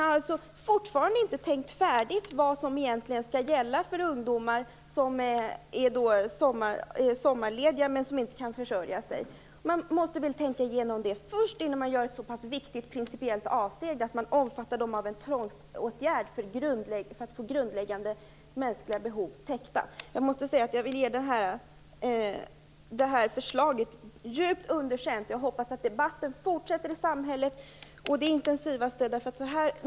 Man har fortfarande inte tänkt färdigt om vad som egentligen skall gälla för ungdomar som är sommarlediga men inte kan försörja sig. Man måste väl tänka igenom det först, innan man gör ett så viktigt principiellt avsteg att de ungdomarna skall omfattas av en tvångsåtgärd för att få grundläggande mänskliga behov täckta. Jag vill ge förslaget djupt underkänt. Jag hoppas att debatten i samhället fortsätter å det intensivaste.